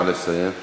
נא לסיים.